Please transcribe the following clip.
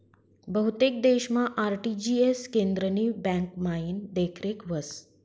बहुतेक देशमा आर.टी.जी.एस केंद्रनी ब्यांकमाईन देखरेख व्हस